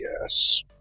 yes